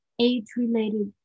age-related